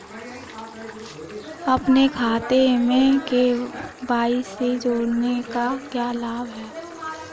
अपने खाते में के.वाई.सी जोड़ने का क्या लाभ है?